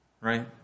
Right